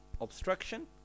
obstruction